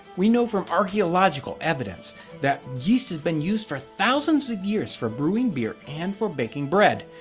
we know from archeological evidence that yeast has been used for thousands of years for brewing beer and for baking bread.